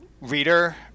reader